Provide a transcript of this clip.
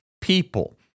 people